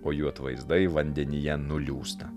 o jų atvaizdai vandenyje nuliūsta